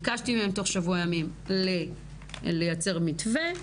ביקשתי מהם בתוך שבוע ימים לייצר מתווה,